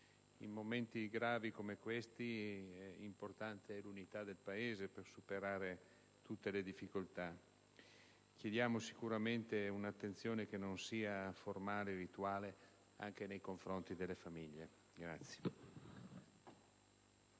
In momenti gravi come questi è importante l'unità del Paese per superare tutte le difficoltà. Chiediamo un'attenzione che non sia formale, rituale anche nei confronti delle famiglie.